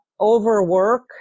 overwork